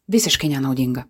visiškai nenaudinga